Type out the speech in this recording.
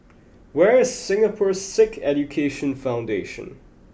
where is Singapore Sikh Education Foundation